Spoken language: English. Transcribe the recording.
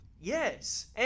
Yes